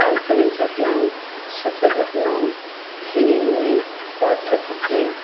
काल्पनिक घटनाऊं सत्य घटनाऊं ॿिन्हिनि में पाठक खे